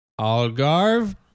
Algarve